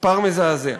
מספר מזעזע.